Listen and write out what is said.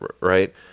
right